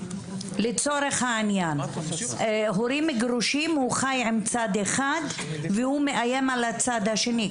לצורך העניין ההורים גרושים והוא חי עם צד אחד והוא מאיים על הצד השני,